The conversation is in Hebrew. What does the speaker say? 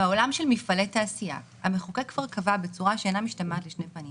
בעולם של מפעלי תעשייה המחוקק כבר קבע בצורה שאינה משתמעת לשתי פנים